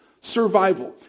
survival